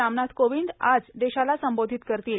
रामनाथ कोविंद आज देशाला संबोधित करतील